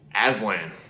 Aslan